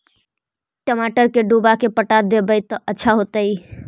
टमाटर के डुबा के पटा देबै त अच्छा होतई?